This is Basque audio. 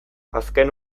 azken